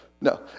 No